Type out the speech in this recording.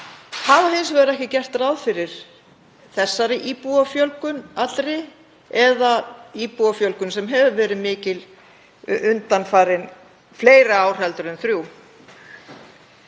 hafa hins vegar ekki gert ráð fyrir þessari íbúafjölgun allri eða íbúafjölgun sem hefur verið mikil í fleiri ár en þrjú.